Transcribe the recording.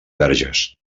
verges